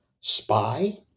spy